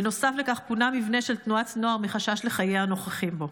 ונוסף לכך פונה מבנה של תנועת נוער מחשש לחיי הנוכחים בו.